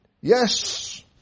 Yes